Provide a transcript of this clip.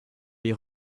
les